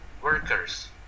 workers